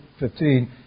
15